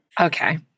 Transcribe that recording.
Okay